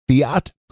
Fiat